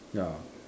ya